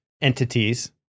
entities